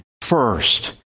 first